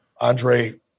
Andre